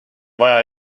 vaja